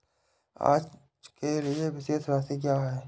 आज के लिए शेष राशि क्या है?